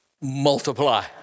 multiply